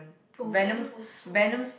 oh venom also